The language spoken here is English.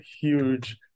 huge